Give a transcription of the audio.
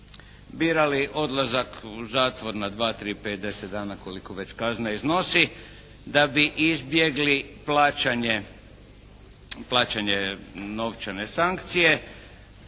birali odlazak u zatvor na dva, tri, pet, deset dana koliko već kazna iznosi da bi izbjegli plaćanje novčane sankcije